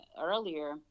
earlier